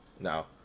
No